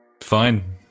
Fine